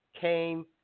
came